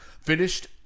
finished –